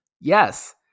Yes